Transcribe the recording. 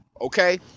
okay